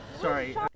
sorry